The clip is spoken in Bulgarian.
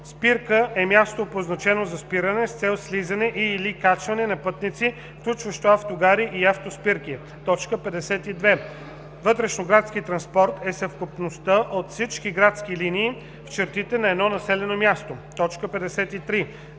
„Спирка“ е място, обозначено за спиране с цел слизане и/или качване на пътници, включващо автогари и автоспирки. 52. „Вътрешноградски транспорт“ е съвкупността от всички градски линии в чертите на едно населено място. 53.